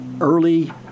early